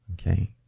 okay